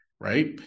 right